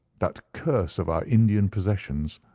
that curse of our indian possessions.